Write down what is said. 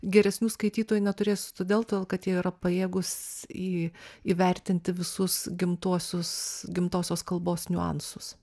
geresnių skaitytojų neturėsiu todėl todėl kad jie yra pajėgūs į įvertinti visus gimtuosius gimtosios kalbos niuansus